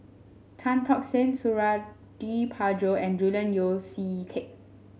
Tan Tock San Suradi Parjo and Julian Yeo See Teck